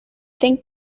think